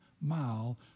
mile